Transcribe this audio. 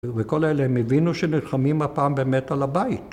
‫וכל אלה הם הבינו ‫שנלחמים הפעם באמת על הבית.